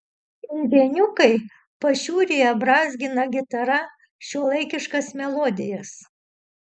indėniukai pašiūrėje brązgina gitara šiuolaikiškas melodijas